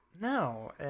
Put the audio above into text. No